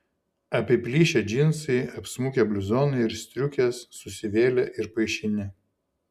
apiplyšę džinsai apsmukę bliuzonai ir striukės susivėlę ir paišini